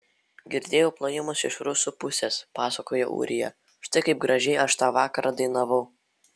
girdėjau plojimus iš rusų pusės pasakojo ūrija štai kaip gražiai aš tą vakarą dainavau